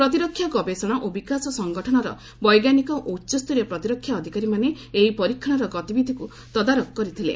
ପ୍ରତିରକ୍ଷା ଗବେଷଣା ଓ ବିକାଶ ସଂଗଠନର ବୈଜ୍ଞାନିକ ଓ ଉଚ୍ଚସ୍ତରୀୟ ପ୍ରତିରକ୍ଷା ଅଧିକାରୀମାନେ ଏହି ପରୀକ୍ଷଣର ଗତିବିଧିକୁ ତଦାରଖ କରିଥିଳେ